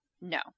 No